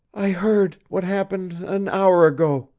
i heard what happened an hour ago,